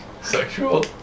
Sexual